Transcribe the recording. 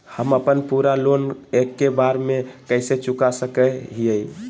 हम अपन पूरा लोन एके बार में कैसे चुका सकई हियई?